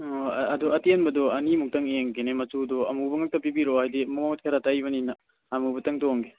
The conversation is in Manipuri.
ꯑꯣ ꯑꯗꯨ ꯑꯇꯦꯟꯕꯗꯨ ꯑꯅꯤꯃꯨꯛꯇꯪ ꯌꯦꯡꯒꯦꯅꯦ ꯃꯆꯨꯗꯨ ꯑꯃꯨꯕ ꯉꯥꯛꯇ ꯄꯤꯔꯛꯑꯣ ꯍꯥꯏꯕꯗꯤ ꯃꯣꯠ ꯈꯔ ꯇꯩꯕꯅꯤꯅ ꯑꯃꯨꯕ ꯇꯪ ꯇꯣꯡꯒꯦ